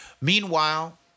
Meanwhile